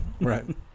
right